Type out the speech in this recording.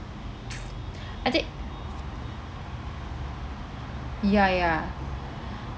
I think ya ya